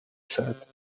said